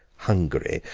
hungary,